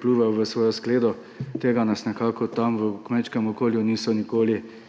pljuval v svojo skledo. Tega nas tam v kmečkem okolju niso nikoli